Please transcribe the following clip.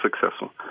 successful